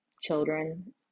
children